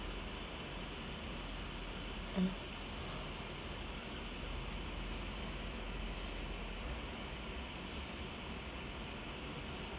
mm